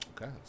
Okay